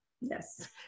Yes